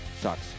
Sucks